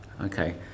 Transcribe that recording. Okay